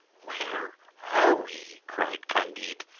where are we? cried candide.